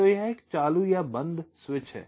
तो यह एक चालू या बंद स्विच है